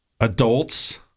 adults